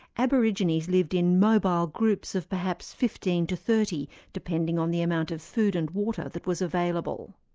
aborigines lived in mobile groups of perhaps fifteen to thirty, depending on the amount of food and water that was available.